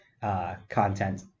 content